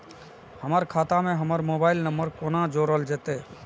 हमर खाता मे हमर मोबाइल नम्बर कोना जोरल जेतै?